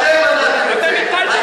אתם ביטלתם אותו, אתם ביטלתם אותו.